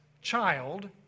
child